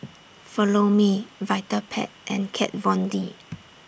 Follow Me Vitapet and Kat Von D